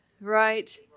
right